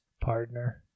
partner